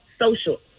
social